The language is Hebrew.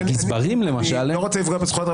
הגזברים למשל --- אני לא רוצה לפגוע בזכויות,